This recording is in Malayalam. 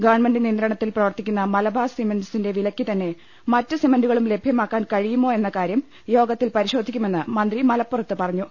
ഗവൺമെന്റ് നിയന്ത്രണത്തിൽ പ്രവർത്തിക്കുന്ന മലബാർ സിമന്റ് സിന്റെ വിലയ്ക്ക് തന്നെ മറ്റ് സിമന്റുകളും ലഭ്യമാക്കാൻ കഴിയുമോ എന്ന കാര്യം യോഗത്തിൽ പരിശോ ധിക്കുമെന്ന് മന്ത്രി മലപ്പുറത്ത് പറഞ്ഞു